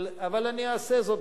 אבל אני אעשה זאת,